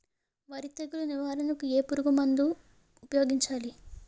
వరి తెగుల నివారణకు ఏ పురుగు మందు ను ఊపాయోగించలి?